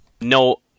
no